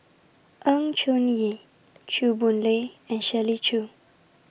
Choon Yee Chew Boon Lay and Shirley Chew